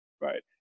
right